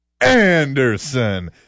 Anderson